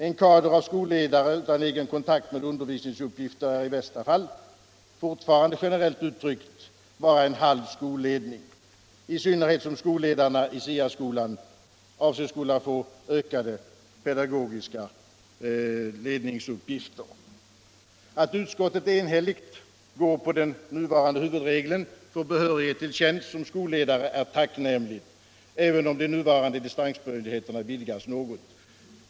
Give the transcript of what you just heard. En kader av skolledare utan egen kontakt med undervisningsuppgifter är i bästa fall — fortfarande generellt uttryckt — bara en halv skolledning, i synnerhet som skolledarna i SIA-skolan avses skola få ökade pedagogiska ledningsuppgifter. Att utskottet enhälligt biträder den nuvarande huvudregeln för behörighet till tjänst som skolledare är tacknämligt, även om de nuvarande dispensmöjligheterna vidgas något.